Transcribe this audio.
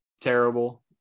terrible